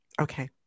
Okay